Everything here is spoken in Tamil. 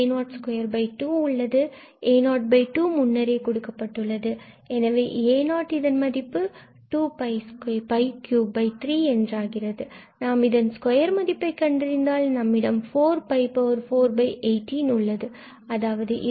a02 இது முன்னரே கொடுக்கப்பட்டுள்ளது எனவே a0 இதன் மதிப்பு 233என்றாகிறது நாம் இதன் ஸ்கொயர் மதிப்பை கண்டறிந்தால் நம்மிடம் 4418 இதுவே உள்ளது